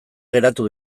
geratu